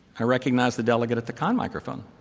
i recognize the delegate at the con microphone.